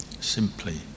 simply